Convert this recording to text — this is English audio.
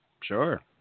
Sure